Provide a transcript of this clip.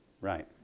Right